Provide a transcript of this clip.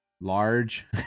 large